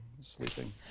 sleeping